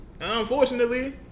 Unfortunately